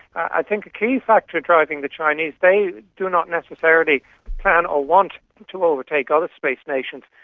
i think a key factor driving the chinese, they do not necessarily plan or want to overtake other space nations,